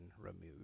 removed